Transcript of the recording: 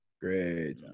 Great